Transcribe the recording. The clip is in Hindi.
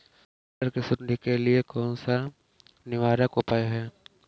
मटर की सुंडी के लिए कौन सा निवारक उपाय है?